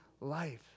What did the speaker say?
life